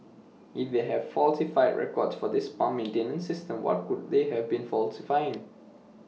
if they have falsified records for this pump maintenance system what could they have been falsifying